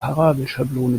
parabelschablone